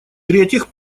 третьих